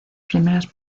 primeras